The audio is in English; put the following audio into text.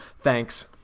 Thanks